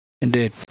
Indeed